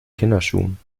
kinderschuhen